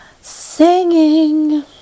Singing